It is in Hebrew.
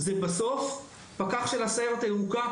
הם בסוף פקח של ה- ׳סיירת הירוקה׳,